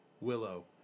Willow